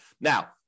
Now